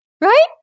Right